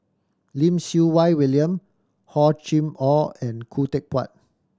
Lim Siew Wai William Hor Chim Or and Khoo Teck Puat